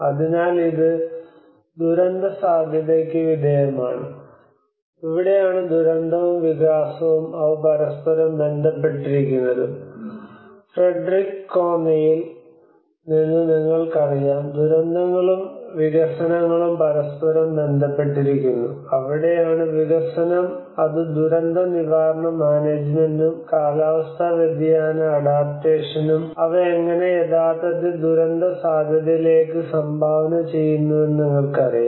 അതിനാൽ ഇത് ദുരന്തസാധ്യതയ്ക്ക് വിധേയമാണ് ഇവിടെയാണ് ദുരന്തവും വികാസവും അവ പരസ്പരം ബന്ധപ്പെട്ടിരിക്കുന്നതും ഫ്രെഡറിക് കോന്നിയിൽ നിന്ന് നിങ്ങൾക്കറിയാം ദുരന്തങ്ങളും വികസനങ്ങളും പരസ്പരം ബന്ധപ്പെട്ടിരിക്കുന്നു അവിടെയാണ് വികസനം അത് ദുരന്ത നിവാരണ മാനേജ്മെന്റും കാലാവസ്ഥാ വ്യതിയാന അഡാപ്റ്റേഷനും അവ എങ്ങനെ യഥാർത്ഥത്തിൽ ദുരന്തസാധ്യതയിലേക്ക് സംഭാവന ചെയ്യുന്നുവെന്ന് നിങ്ങൾക്കറിയാം